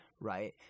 right